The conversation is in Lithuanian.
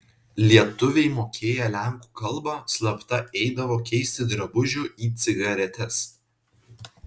lietuviai mokėję lenkų kalbą slapta eidavo keisti drabužių į cigaretes